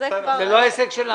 בסדר, זה לא עסק שלנו.